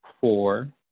four